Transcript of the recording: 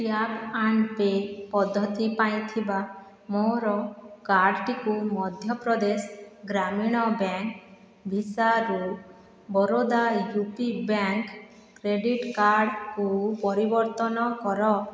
tap and pay ପଦ୍ଧତି ପାଇଁ ଥିବା ମୋର କାର୍ଡ଼ଟିକୁ ମଧ୍ୟପ୍ରଦେଶ ଗ୍ରାମୀଣ bank ଭିସାରୁ Baroda U P bank credit କାର୍ଡ଼କୁ ପରିବର୍ତ୍ତନ କର